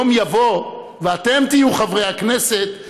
יום יבוא ואתם תהיו חברי הכנסת,